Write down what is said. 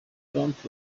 trump